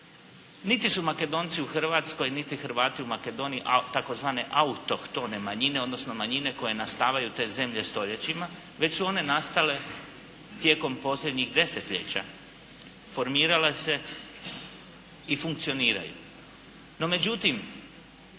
Niti su Makedonci u Hrvatskoj niti Hrvati u Makedoniji tzv. autohtone manjine, odnosno manjine koje nastavaju te zemlje stoljećima već su one nastale tijekom posljednjih desetljeća, formirale se i funkcioniraju. No, međutim,